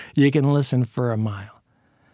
you can listen for a mile.